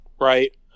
Right